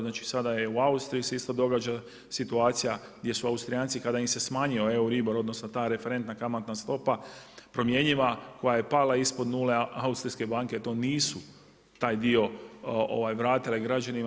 Znači sada je u Austriji se isto događa situacija, gdje su Austrijanci kada im se smanjio EURIBOR odnosno ta referentna kamatna stopa promjenjiva, koja je pala ispod nule, a austrijske banke to nisu taj dio vratile građanima.